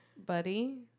buddy